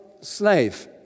slave